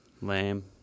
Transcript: Lame